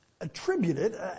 attributed